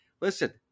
Listen